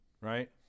right